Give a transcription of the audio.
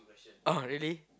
oh really